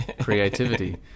creativity